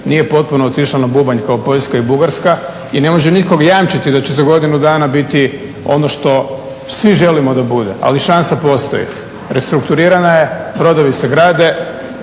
nije potpuno otišla na bubanj kao Poljska i Bugarska. I ne može nitko jamčiti da će za godinu dana biti ono što svi želimo da bude, ali šansa postoji, restrukturirana je, brodovi se grade